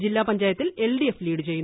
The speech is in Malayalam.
ജില്ലാപഞ്ചായത്തിൽ എൽഡിഎഫ് ലീഡ് ചെയ്യുന്നു